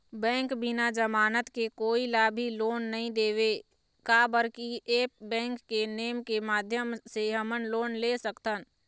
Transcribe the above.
Bank बिना जमानत के कोई ला भी लोन नहीं देवे का बर की ऐप बैंक के नेम के माध्यम से हमन लोन ले सकथन?